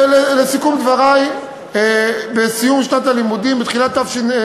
יש פה עוד חברי כנסת שרוצים לשאול.